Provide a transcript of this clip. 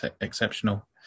exceptional